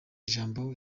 ijambo